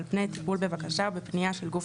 על פני טיפול בבקשה או בפנייה של גוף